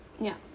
yup